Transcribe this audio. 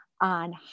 on